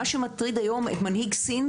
מה שמטריד היום את מנהיג סין,